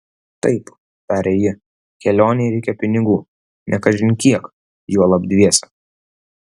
taip tarė ji kelionei reikia pinigų ne kažin kiek juolab dviese